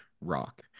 rock